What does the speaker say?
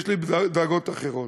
יש לי דאגות אחרות.